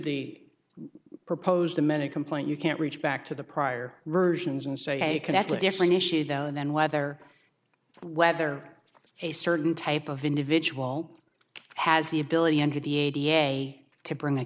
the proposed the many complaint you can't reach back to the prior versions and say connect with differing issues though and then whether whether a certain type of individual has the ability enter the a to bring